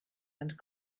and